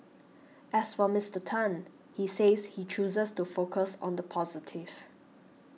as for Mister Tan he says he chooses to focus on the positive